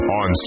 on